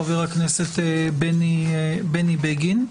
חבר הכנסת בני בגין.